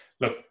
look